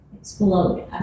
explode